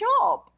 job